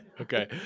Okay